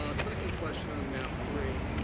ah second question on map three.